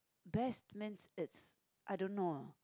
best means it's I don't know uh